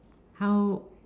how